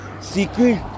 secret